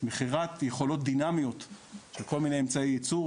מכירת יכולות דינאמיות של כל מיני אמצעי ייצור,